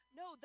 no